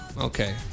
Okay